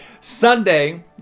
Sunday